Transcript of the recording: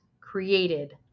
created